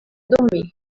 dormir